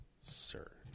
Sir